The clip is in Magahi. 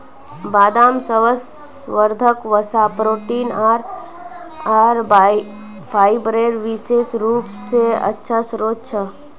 बदाम स्वास्थ्यवर्धक वसा, प्रोटीन आर फाइबरेर विशेष रूप स अच्छा स्रोत छ